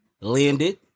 Landed